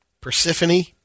Persephone